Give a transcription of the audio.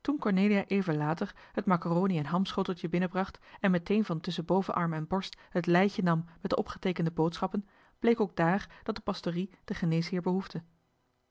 toen cornelia even later het macaroni en hamschoteltje binnenbracht en meteen van tusschen bovenarm en borst het leitje nam met de opgeteekende boodschappen bleek ook daar dat de pastorie den geneesheer behoefde